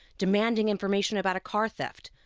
demanding information about a car theft.